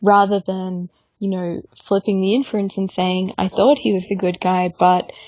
rather than you know flipping the inference and saying i thought he was a good guy but